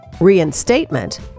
reinstatement